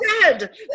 dead